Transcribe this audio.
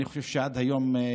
אני חושב שעד היום,